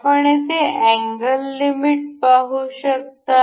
आपण येथे angle limit पाहू शकतो